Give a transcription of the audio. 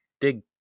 dig